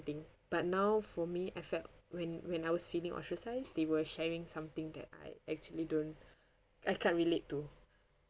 thing but now for me I felt when when I was feeling ostracised they were sharing something that I actually don't I can't relate to